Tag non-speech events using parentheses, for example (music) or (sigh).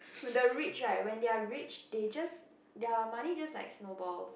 (laughs) the rich right when they are rich they just their money just like snowballs